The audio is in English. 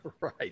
Right